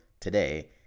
today